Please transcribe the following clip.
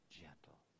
gentle